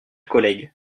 collègues